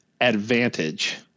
advantage